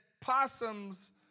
possums